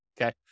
okay